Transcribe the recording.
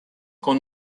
con